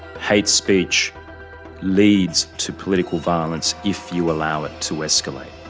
hate speech leads to political violence if you allow it to escalate.